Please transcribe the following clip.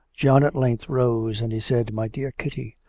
john at length rose, and he said, my dear kitty,